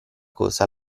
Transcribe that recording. cosa